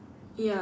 ya